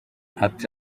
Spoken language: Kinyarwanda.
ati